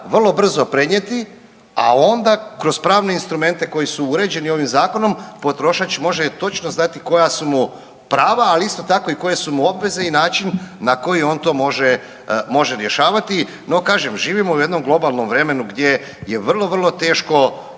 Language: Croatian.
vrlo brzo prenijeti, a onda kroz pravne instrumente koji su uređeni ovim Zakonom, potrošač može točno znati koja su mu prava, ali isto tako, i koje su mu obveze i način na koji on to može rješavati. No, kažem, živimo u jednom globalnom vremenu gdje je vrlo, vrlo teško